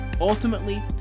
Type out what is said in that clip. Ultimately